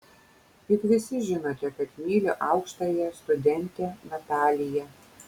juk visi žinote kad myliu aukštąją studentę nataliją